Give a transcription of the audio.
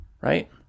right